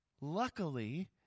Luckily